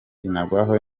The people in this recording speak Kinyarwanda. binagwaho